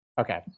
Okay